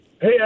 Hey